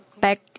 back